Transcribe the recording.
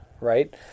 right